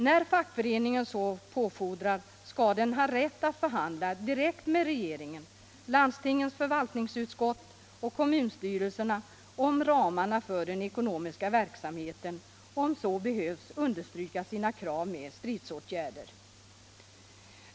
När fackförening så påfordrar skall den ha rätt att förhandla direkt med regeringen, landstingens förvaltningsutskott och kommunstyrelserna om ramarna för den ekonomiska verksamheten och, om så behövs, understryka sina krav med stridsåtgärder.